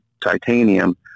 titanium